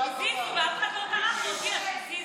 הזיזו ואף אחד לא טרח להודיע שהזיזו,